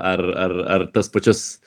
ar ar ar tas pačias